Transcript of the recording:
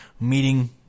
meeting